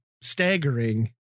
staggering